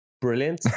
Brilliant